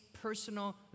personal